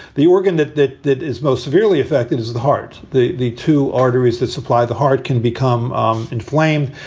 the organ that that that is most severely affected is the heart. the the two arteries that supply the heart can become um inflamed.